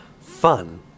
fun